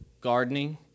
gardening